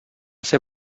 ser